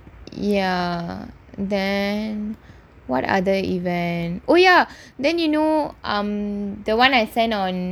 ya then what other event oh ya then you know um the one I send on